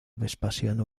vespasiano